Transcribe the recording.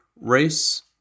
race